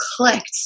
clicked